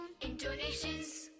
Intonations